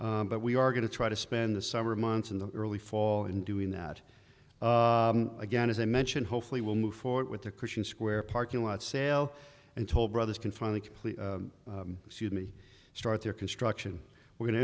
but we are going to try to spend the summer months in the early fall in doing that again as i mentioned hopefully will move forward with the christian square parking lot sale and toll brothers can finally complete suit me start their construction we're going to